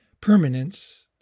permanence